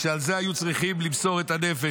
כשעל זה היו צריכים למסור את הנפש,